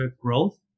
growth